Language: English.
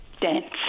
dance